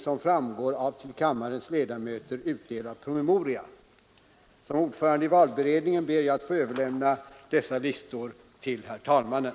Som ordförande i valberedningen ber jag att få överlämna dessa listor till herr talmannen.